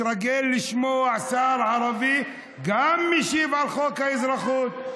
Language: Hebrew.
תתרגל לשמוע גם שר ערבי משיב על חוק האזרחות.